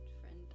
friend